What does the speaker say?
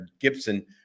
Gibson